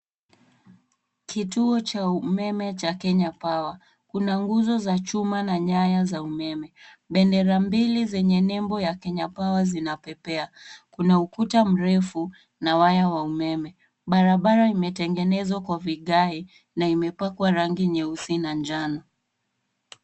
Kituo cha umeme cha Kenya Power. Kuna nguzo za chuma na nyaya za umeme. Bendera mbili zenye nembo ya Kenya Power zinapepea kuna ukuta mrefu na waya wa umeme barabara imetengenezwa kwa vigai na imepakwa rangi nyeusi na njano.